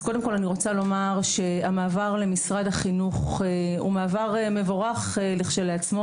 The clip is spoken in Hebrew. אז קודם כל אני רוצה לומר שהמעבר למשרד החינוך הוא מעבר מבורך לכשעצמו,